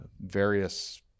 various